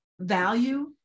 value